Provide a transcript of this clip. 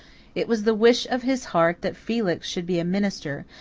it was the wish of his heart that felix should be a minister,